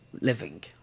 living